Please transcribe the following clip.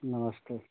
नमस्ते